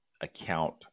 account